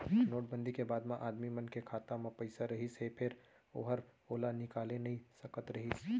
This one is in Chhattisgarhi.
नोट बंदी के बाद म आदमी मन के खाता म पइसा रहिस हे फेर ओहर ओला निकाले नइ सकत रहिस